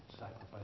sacrifice